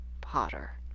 Potter